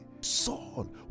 Saul